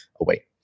away